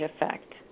effect